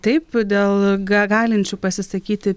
taip dėl ga galinčių pasisakyti